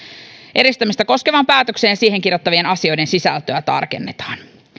eristämistä koskevaan päätökseen kirjattavien asioiden sisältöä tarkennetaan